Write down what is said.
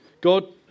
God